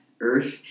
earth